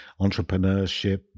entrepreneurship